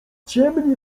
ciemni